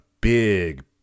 big